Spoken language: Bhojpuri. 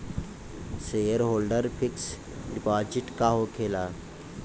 सेयरहोल्डर फिक्स डिपाँजिट का होखे ला?